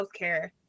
healthcare